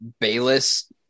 Bayless